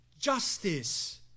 justice